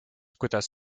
kuidas